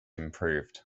improved